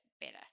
better